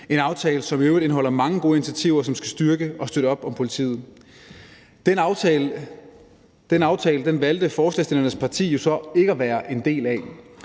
en aftale, som i øvrigt indeholder mange gode initiativer, som skal styrke og bakke op om politiet. Den aftale valgte forslagsstillernes parti jo så ikke at være en del af,